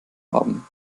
haben